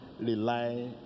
Rely